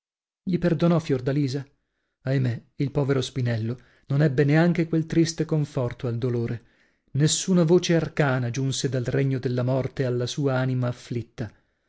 gli perdonò fiordalisa ahimè il povero spinello non ebbe neanche quel triste conforto al dolore nessuna voce arcana giunse dal regno della morte alla sua anima afflitta